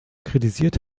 kritisiert